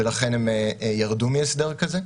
ולכן הם ירדו מהסדר כזה,